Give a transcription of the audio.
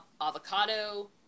avocado